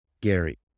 Gary